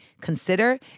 consider